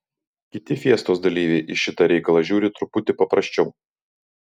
kiti fiestos dalyviai į šitą reikalą žiūri truputį paprasčiau